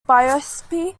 biopsy